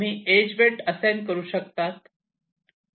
तुम्ही edge weight assign करू शकतात